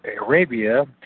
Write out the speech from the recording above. Arabia